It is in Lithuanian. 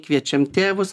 kviečiam tėvus